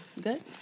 Good